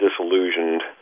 disillusioned